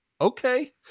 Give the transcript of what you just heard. okay